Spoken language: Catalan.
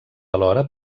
alhora